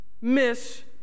miss